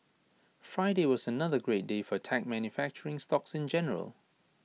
Friday was another great day for tech manufacturing stocks in general